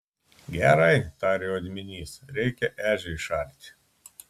gerai tarė odminys reikia ežią išarti